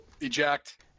eject